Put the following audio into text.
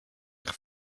eich